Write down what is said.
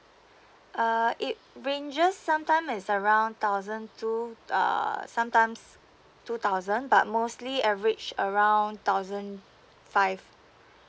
uh it ranges sometime is around thousand two uh sometimes two thousand but mostly average around thousand five